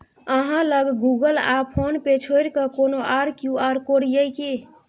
अहाँ लग गुगल आ फोन पे छोड़िकए कोनो आर क्यू.आर कोड यै कि?